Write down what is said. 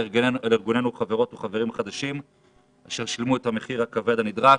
לארגוננו חברות וחברים חדשים אשר שילמו את המחיר הכבד הנדרש.